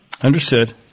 Understood